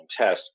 test